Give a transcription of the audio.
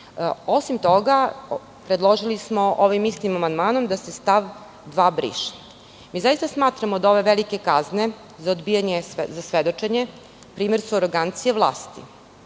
toga, predložili smo ovim istim amandmanom da se stav 2. briše. Zaista smatramo da su ove velike kazne za odbijanje svedočenja primer arogancije vlasti,